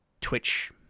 Twitch